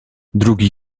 drugi